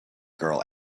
girl